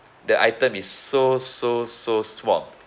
the item is so so so small